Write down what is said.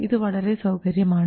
ഇത് വളരെ സൌകര്യമാണ്